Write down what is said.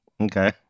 Okay